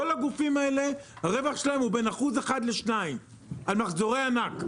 כל הגופים האלה הרווח שלהם הוא בין 1.5-2 אחוזים על מחזורי ענק,